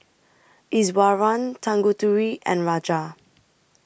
Iswaran Tanguturi and Raja